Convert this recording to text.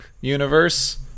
universe